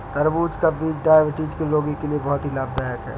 तरबूज का बीज डायबिटीज के रोगी के लिए बहुत ही लाभदायक है